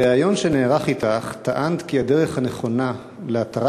בריאיון שנערך אתך טענת כי הדרך הנכונה להתרת